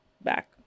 back